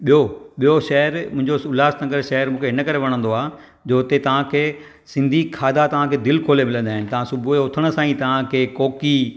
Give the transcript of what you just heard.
ॿियो ॿियो शहरु मुंहिंजो उल्सहानगर शहरु मूंखे इन करे वणंदो आहे जो हुते तव्हांखे सिंधी खाधा तव्हांखे दिलि खोले मिलंदा आहिनि तव्हां सुबुह जो उथण सां ई तव्हांखे कोकी